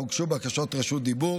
אך הוגשו בקשות רשות דיבור.